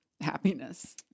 happiness